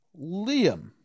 Liam